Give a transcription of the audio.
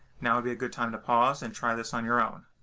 now would be a good time to pause and try this on your own.